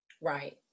Right